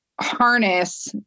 harness